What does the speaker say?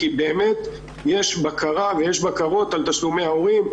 כי יש בקרות על תשלומי ההורים,